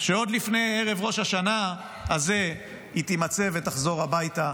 שעוד לפני ערב ראש השנה הזה היא תימצא ותחזור הביתה,